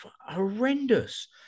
horrendous